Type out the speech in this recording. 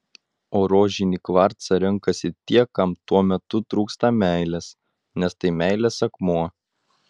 o rožinį kvarcą renkasi tie kam tuo metu trūksta meilės nes tai meilės akmuo